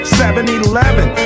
7-eleven